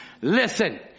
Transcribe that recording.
Listen